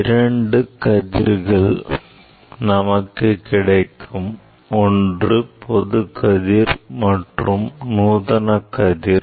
இரண்டு கதிர்கள் நமக்கு கிடைக்கும் ஒன்று பொது கதிர் மற்றது நூதன கதிர்